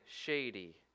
shady